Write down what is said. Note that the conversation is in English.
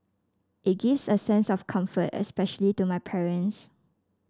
it gives a sense of comfort especially to my parents